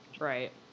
Right